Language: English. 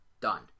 Done